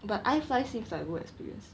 but I fly seems like good experience